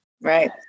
Right